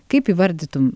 kaip įvardytum